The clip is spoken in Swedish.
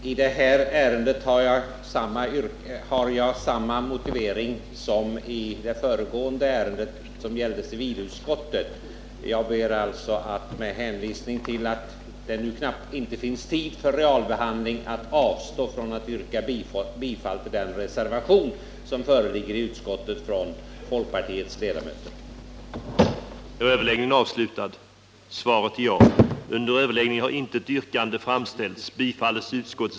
Herr talman! I detta ärende kan jag anföra samma motivering som beträffande civilutskottets betänkande nr 41. Med hänvisning till att det inte finns tid för realbehandling avstår jag alltså från att yrka bifall till den reservation som föreligger från folkpartiets ledamöter i utskottet.